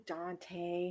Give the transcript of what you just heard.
Dante